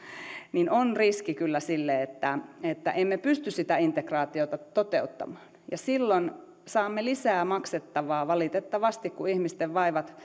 on riski kyllä siihen että emme pysty sitä integraatiota toteuttamaan silloin saamme valitettavasti lisää maksettavaa kun ihmisten vaivat